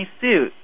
suit